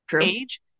age